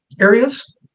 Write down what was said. areas